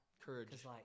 Courage